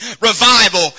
revival